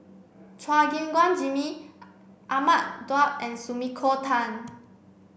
Chua Gim Guan Jimmy Ahmad Daud and Sumiko Tan